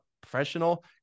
professional